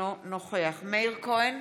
אינו נוכח מאיר כהן,